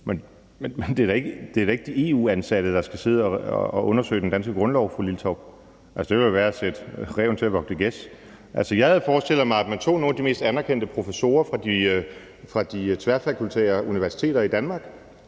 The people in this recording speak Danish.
Men det er da ikke de EU-ansatte, der skal sidde og undersøge den danske grundlov, fru Karin Liltorp. Altså, det ville jo være at sætte ræven til at vogte gæs. Jeg havde forestillet mig, at man tog nogle af de mest anerkendte professorer fra de tværfakultære universiteter i Danmark,